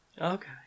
Okay